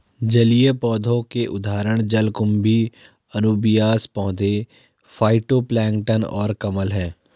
जलीय पौधों के उदाहरण जलकुंभी, अनुबियास पौधे, फाइटोप्लैंक्टन और कमल हैं